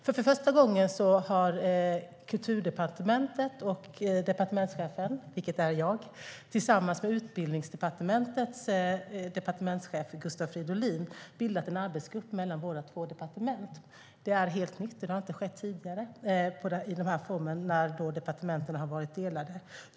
För första gången har departementschefen på Kulturdepartementet, vilket är jag, tillsammans med Utbildningsdepartementets departementschef Gustav Fridolin bildat en arbetsgrupp mellan våra två departement. Det är helt nytt. Det har inte skett tidigare i den formen när departementen har varit delade.